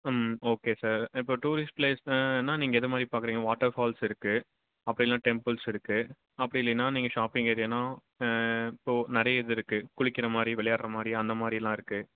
ம் okay sir நான் இப்போது டூரிஸ்ட் ப்ளேஸுனா என்ன நீங்கள் எதை மாதிரி பார்க்குறீங்க வாட்டர்ஃபால்ஸ் இருக்குது அப்படி இல்லைனா டெம்புள்ஸ் இருக்குது அப்படி இல்லைனா நீங்கள் ஷாப்பிங் ஏரியான இப்போது நிறைய இது இருக்குது குளிக்கின்ற மாதிரி விளையாட்ற மாதிரி அந்த மாதிரிலாம் இருக்குது